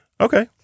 Okay